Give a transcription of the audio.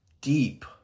deep